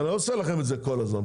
אני לא עושה לכם את זה כל הזמן.